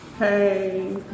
hey